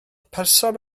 person